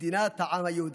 מדינת העם היהודי.